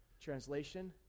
Translation